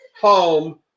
Home